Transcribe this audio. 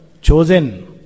chosen